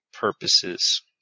purposes